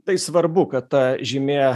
tai svarbu kad ta žymė